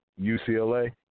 UCLA